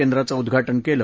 केंद्राचं उद्घाटन केलं